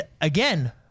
again